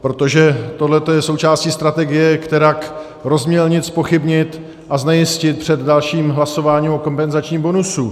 Protože tohle je součástí strategie, kterak rozmělnit, zpochybnit a znejistit před dalším hlasováním o kompenzačním bonusu.